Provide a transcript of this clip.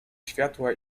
światła